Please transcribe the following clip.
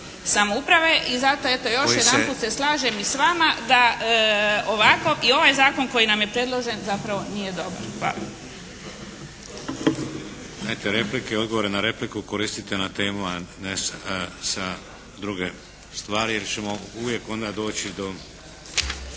samouprave i zato eto još jedanput se slažem i s vama da ovako i ovaj zakon koji nam je predložen zapravo nije dobar.